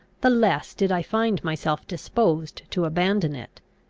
the less did i find myself disposed to abandon it.